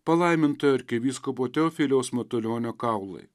palaimintojo arkivyskupo teofiliaus matulionio kaulai